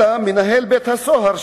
אלא מנהל בית-הסוהר,